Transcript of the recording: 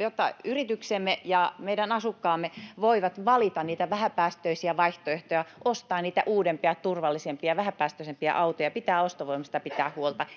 Jotta yrityksemme ja meidän asukkaamme voivat valita niitä vähäpäästöisiä vaihtoehtoja, ostaa niitä uudempia, turvallisempia, vähäpäästöisempiä autoja, pitää ostovoimasta pitää huolta.